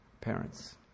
parents